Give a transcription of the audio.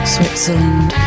Switzerland